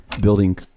building